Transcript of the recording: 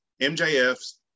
MJF's